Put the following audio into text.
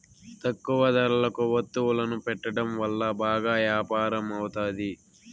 తక్కువ ధరలకు వత్తువులను పెట్టడం వల్ల బాగా యాపారం అవుతాది